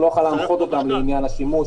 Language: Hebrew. הוא לא יוכל להנחות אותן לעניין השימוש,